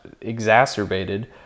exacerbated